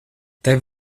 tev